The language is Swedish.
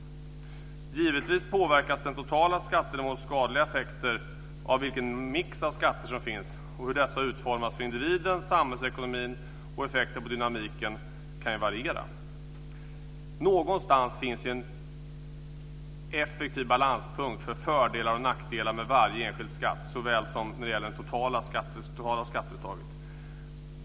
Givetvis påverkas den totala skattenivåns skadliga effekter av vilken mix av skatter som finns, och hur dessa utformas för individen, samhällsekonomin och dynamiken kan ju variera. Någonstans finns en effektiv balanspunkt för fördelar och nackdelar med varje enskild skatt såväl som det totala skatteuttaget.